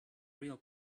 real